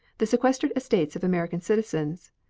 the sequestered estates of american citizens,